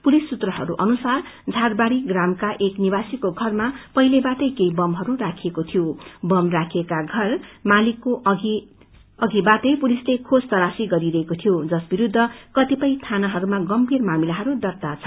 police सूत्रहरू अनुसार झाडबाड़ी ग्रामका एक निवासीको घरमा पहिलेबाटै केही बमहरू राखिएको थियो बम राखिएका घर मालिकको अघिबाटै पुलिसले खोज तलाशी गरिरहेको थियो जस विरूद्ध कतिपय थानाहरूमा गम्भीर मामिलाहरू दर्त्ता छन्